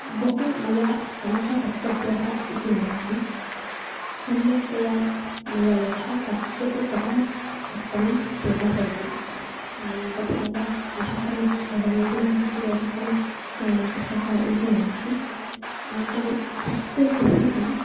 बहु मया श्रमः कर्तव्यः इति नास्ति सम्यक्तया मया यथा कर्त्यते तथा कर्तनं तेन भवति तथा च अधिकं स्थूलमिति नास्ति अधिकं कृशः इति नास्ति अनन्तरं हस्ते गृहीतुं